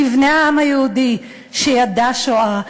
כבני העם היהודי שידע שואה,